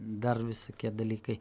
dar visokie dalykai